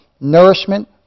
nourishment